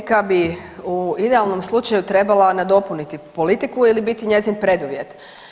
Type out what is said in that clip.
Etika bi u idealnom slučaju trebala nadopuniti politiku ili biti njezin preduvjet.